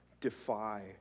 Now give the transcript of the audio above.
defy